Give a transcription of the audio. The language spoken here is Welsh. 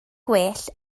gwell